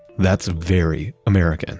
that's very american